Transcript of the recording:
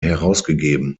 herausgegeben